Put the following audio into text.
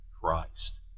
Christ